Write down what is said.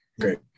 Great